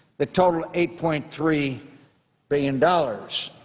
that totaled eight point three billion dollars.